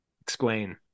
Explain